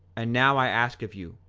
and now i ask of you,